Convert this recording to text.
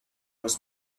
was